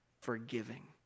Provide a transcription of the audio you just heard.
forgiving